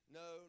no